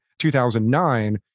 2009